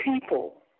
people